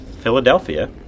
Philadelphia